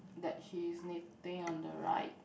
that she is knitting on the right